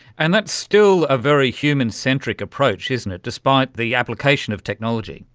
and that's still a very human-centric approach, isn't it, despite the application of technology.